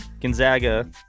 Gonzaga